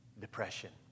depression